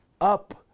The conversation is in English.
up